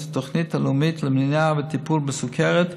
את התוכנית הלאומית למניעה וטיפול בסוכרת,